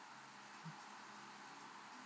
mm